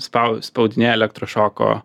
spaudžia spaudinėja elektrošoko